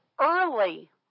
early